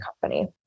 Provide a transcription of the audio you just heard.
company